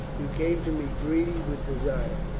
you came to me greedy with desire.